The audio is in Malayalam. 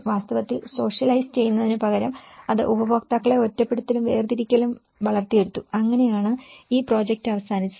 വാസ്തവത്തിൽ സോഷ്യലൈസ് ചെയ്യുന്നതിനുപകരം അത് ഉപയോക്താക്കളെ ഒറ്റപ്പെടുത്തലും വേർതിരിക്കലും വളർത്തിയെടുത്തു അങ്ങനെയാണ് ഈ പ്രോജക്റ്റ് അവസാനിച്ചത്